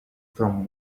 from